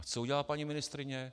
Co udělá paní ministryně?